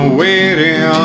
waiting